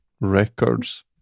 records